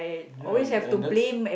ya and and that's